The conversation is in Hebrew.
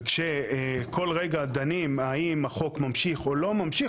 ושכל רגע דנים האם החוק ממשיך או לא ממשיך,